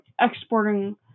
exporting